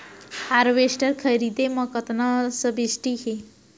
Harvester खरीदे म कतना सब्सिडी हे?